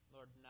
Lord